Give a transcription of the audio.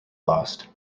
lost